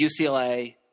UCLA